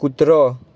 કૂતરો